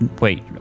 wait